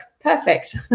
Perfect